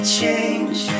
change